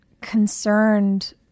concerned